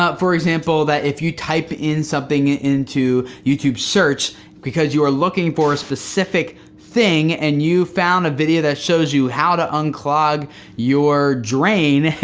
ah for example, that if you type in something into youtube search because you are looking for a specific thing and you found a video that shows you how to unclog your drain,